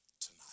tonight